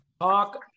Talk